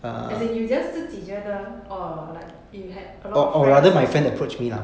as in you just 自己觉得 or like you had a lot of friend also appr~